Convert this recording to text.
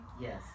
Yes